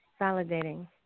validating